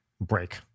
break